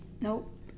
Nope